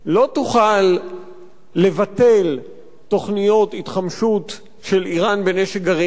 לא תוכל לבטל תוכניות התחמשות של אירן בנשק גרעיני,